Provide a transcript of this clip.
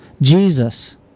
Jesus